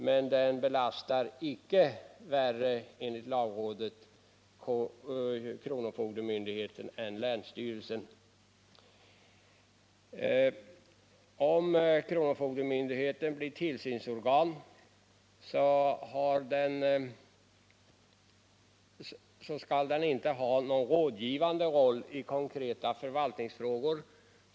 Men det belastar enligt lagrådet icke kronofogdemyndigheten värre än länsstyrelsen. Om kronofogdemyndigheten blir tillsynsorgan, skall den inte ha någon rådgivande roll i konkreta förvaltningsfrågor.